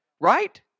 right